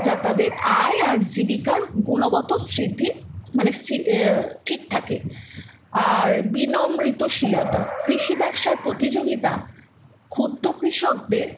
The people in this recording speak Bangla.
যা তাদের আয় আর জীবিকার গুণগত সৃদ্ধি মানে ঠিক থাকে আর কৃষি ব্যবসার প্রতিযোগিতা ক্ষুব্ধ কৃষকদের